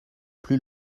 plus